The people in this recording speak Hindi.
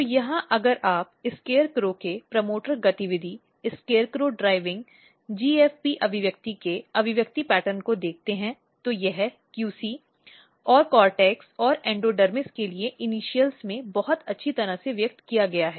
तो यहाँ अगर आप SCARECROW के प्रमोटर गतिविधि SCARECROW ड्राइविंग GFP अभिव्यक्ति के अभिव्यक्ति पैटर्न को देखते हैं तो यह QC और कोर्टेक्स और एंडोडर्मिस के लिए इनिशियल्स में बहुत अच्छी तरह से व्यक्त किया गया है